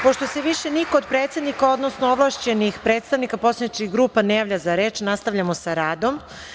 Pošto se više niko od predsednika, odnosno ovlašćenih predstavnika poslaničkih grupa ne javlja za reč, nastavljamo sa radom.